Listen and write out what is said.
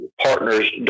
partners